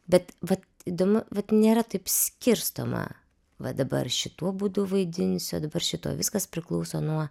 bet vat įdomu vat nėra taip skirstoma va dabar šituo būdu vaidinusiu dabar šituo viskas priklauso nuo